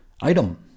Item